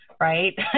right